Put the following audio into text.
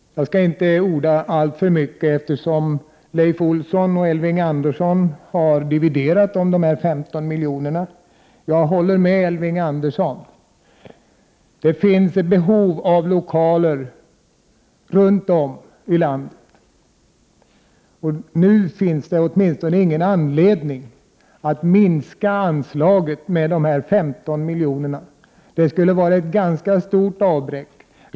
Jag skall inte orda alltför mycket, eftersom Leif Olsson och Elving Andersson har dividerat om de 15 miljonerna. Jag håller med Elving Andersson. Det finns ett behov av lokaler runt om i landet, och det finns inte nu någon anledning att minska anslaget med 15 miljoner. Det skulle vara ett ganska stort avbräck.